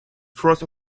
frost